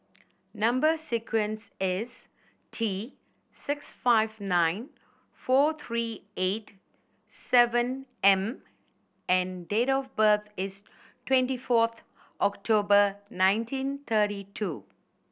number sequence is T six five nine four three eight seven M and date of birth is twenty fourth October nineteen thirty two